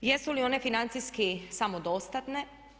Jesu li one financijski samo dostatne?